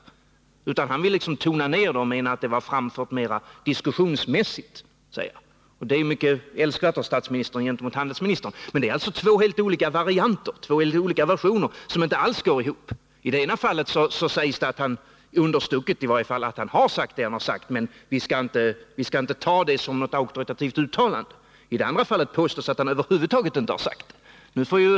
Statsministern vill emellertid tona ner det hela och menar att handelsministerns uttalande gjordes mer diskussionsmässigt. Det är mycket älskvärt av statsministern gentemot handelsministern. Här har vi alltså två helt olika versioner, som inte alls går ihop. I det ena fallet påstås att handelsministern över huvud taget inte har sagt vad han sagt. I det andra fallet sägs, understucket i varje fall, att han sagt vad han sagt men att vi inte skall uppfatta det som ett auktoritativt uttalande.